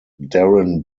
darren